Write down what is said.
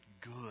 good